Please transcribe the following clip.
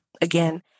Again